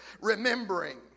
remembering